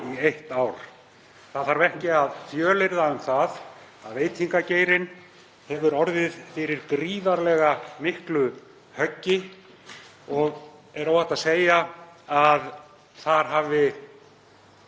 í eitt ár. Ekki þarf að fjölyrða um það að veitingageirinn hefur orðið fyrir gríðarlega miklu höggi og er óhætt að segja að þar hafi